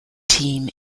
team